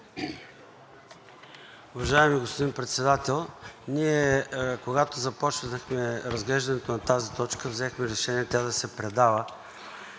Уважаеми господин Председател! Ние, когато започнахме разглеждането на тази точка, взехме решение тя да се предава